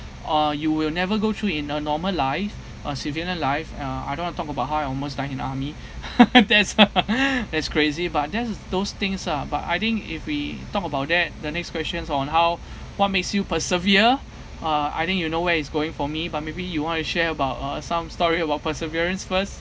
uh you will never go through in a normal life uh civilian life a~ uh I don't want to talk about how I almost die in army that's uh that's crazy but there's those things ah but I think if we talk about that the next questions on how what makes you persevere uh I think you know where is going for me but maybe you want to share about uh some story about perseverance first